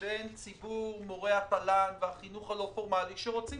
בין ציבור מורי התל"ן והחינוך הלא פורמלי שרוצים